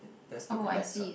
that's to relax what